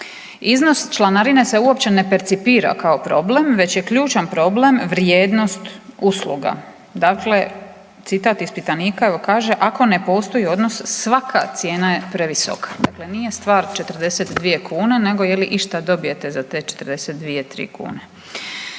Iznos članarine se uopće ne percipira kao problem, već je ključan problem vrijednost usluga, dakle citat ispitanika evo kaže, „ako ne postoji odnos svaka cijena je previsoka“. Dakle, stvar nije 42 kune nego je li išta dobijete za te 42, tri kune.